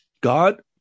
God